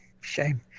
Shame